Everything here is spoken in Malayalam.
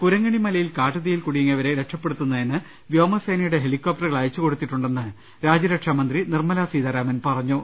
കുരങ്ങിണി മലയിൽ കാട്ടുതീയിൽ കുടുങ്ങിയവരെ രക്ഷപ്പെടുത്തുന്ന തിന് വ്യോമസേനയുടെ ഹെലികോപ്റ്ററുകൾ അയച്ചുകൊടുത്തിട്ടുണ്ടെന്ന് രാജ്യര ക്ഷാമന്ത്രി നിർമ്മലാ സീതാരാമൻ പറഞ്ഞു